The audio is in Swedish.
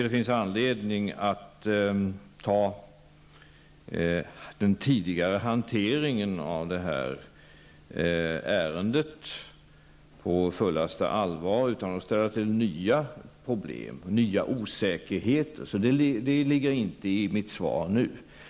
Det finns anledning att ta den tidigare hanteringen av detta ärende på fullaste allvar utan att därför ställa till nya problem och skapa nya osäkerheter. Det ligger inte i mitt svar nu.